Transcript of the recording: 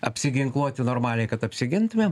apsiginkluoti normaliai kad apsigintumėm